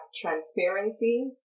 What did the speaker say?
transparency